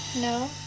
No